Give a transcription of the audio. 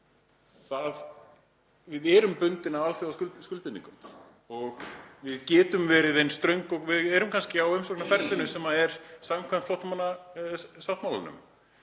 Við erum bundin af alþjóðaskuldbindingum og við getum verið eins ströng og við erum kannski á umsóknarferlinu sem er samkvæmt flóttamannasáttmálanum.